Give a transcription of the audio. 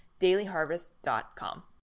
dailyharvest.com